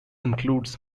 includes